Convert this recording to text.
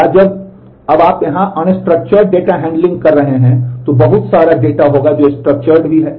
या अब जब आप यह अनस्ट्रक्चर्ड भी है